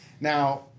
Now